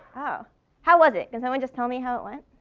ah how was it? can someone just tell me how it went?